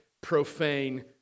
profane